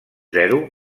zero